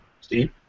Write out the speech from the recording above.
Steve